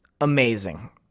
amazing